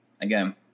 Again